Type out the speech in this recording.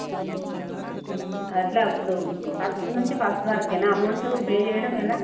అలా ఇప్పుడు ఫస్ట్ నుంచి ఫస్ట్ వరకేనా అమౌంట్ పే చేయడం ఎలా